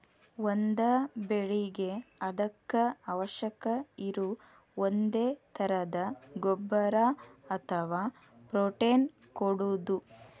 ಒಂದ ಬೆಳಿಗೆ ಅದಕ್ಕ ಅವಶ್ಯಕ ಇರು ಒಂದೇ ತರದ ಗೊಬ್ಬರಾ ಅಥವಾ ಪ್ರೋಟೇನ್ ಕೊಡುದು